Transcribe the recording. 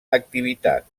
activitat